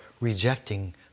rejecting